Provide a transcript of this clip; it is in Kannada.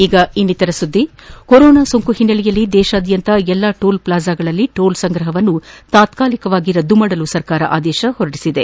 ಈಗ ಇನ್ನಿತರ ಸುದ್ಧಿಗಳು ಕೊರೋನಾ ಸೋಂಕು ಹಿನ್ನೆಲೆಯಲ್ಲಿ ದೇಶಾದ್ಯಂತ ಎಲ್ಲ ಟೋಲ್ ಪ್ಲಾಜಾಗಳಲ್ಲಿ ಟೋಲ್ ಸಂಗ್ರಹವನ್ನು ತಾತ್ಕಾಲಿಕವಾಗಿ ರದ್ದುಗೊಳಿಸಲು ಸರ್ಕಾರ ಆದೇಶ ಹೊರಡಿಸಿದೆ